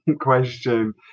question